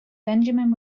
benjamin